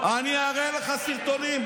אני אראה לך סרטונים.